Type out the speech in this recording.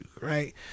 Right